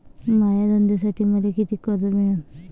माया धंद्यासाठी मले कितीक कर्ज मिळनं?